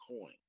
coin